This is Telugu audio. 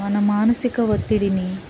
మన మానసిక ఒత్తిడిని